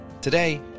Today